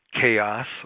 chaos